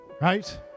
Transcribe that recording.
Right